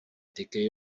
ticket